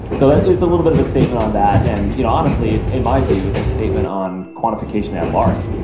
so that is a little bit of a statement on that, and you know honestly in my view it's a statement on quantification at large.